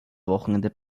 wochenende